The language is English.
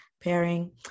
pairing